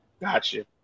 Gotcha